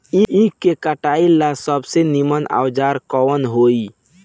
ईख के कटाई ला सबसे नीमन औजार कवन होई?